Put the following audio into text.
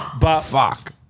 Fuck